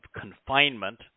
confinement